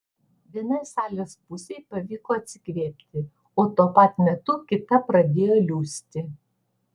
vienai salės pusei pavyko atsikvėpti o tuo pat metu kita pradėjo liūsti